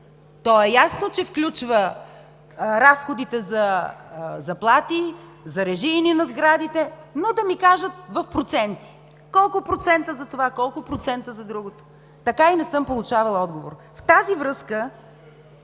То е ясно, че включва разходите за заплати, за режийни на сградите, но да ми кажат в проценти, колко процента за това, колко процента за другото. Така и не съм получавала отговор. В тази връзка